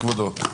ההסתייגות הוסרה.